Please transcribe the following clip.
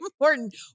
important